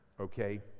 okay